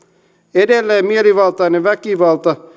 edelleen mielivaltainen väkivalta